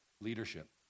leadership